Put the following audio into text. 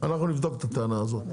אנחנו נבדוק את הטענה הזאת,